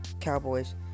Cowboys